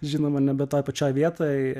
žinoma nebe toj pačioj vietoj